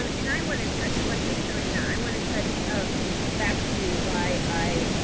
and and i wanna touch while you're showing that. i wanna touch and back to why i